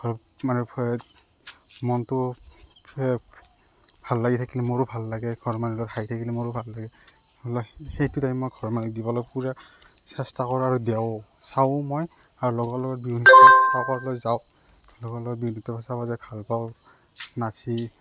ঘৰত মানে ভয়ত মনটো এই ভাল লাগি থাকিলে মোৰো ভাল লাগে ঘৰৰ মানুহ লগত হাঁহি থাকিলে মোৰো ভাল লাগে সেইটো টাইম মই ঘৰৰ মানুহক দিবলৈ পূৰা চেষ্টা কৰোঁ আৰু দেওঁ চাওঁ মই আৰু লগৰ লগত বিহু চাবলৈ যাওঁ লগৰ লগত বিহুটো চাব যায় ভাল পাওঁ নাচি